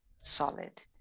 solid